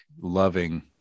loving